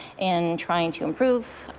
in trying to improve